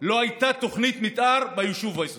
לא הייתה תוכנית מתאר ביישוב עוספיא.